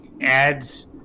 adds